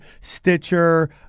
Stitcher